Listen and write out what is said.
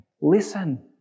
Listen